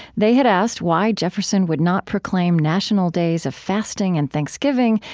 they had asked why jefferson would not proclaim national days of fasting and thanksgiving,